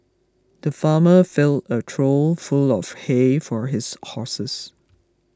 the farmer filled a trough full of hay for his horses